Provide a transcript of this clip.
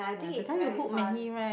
ya that time you hook many right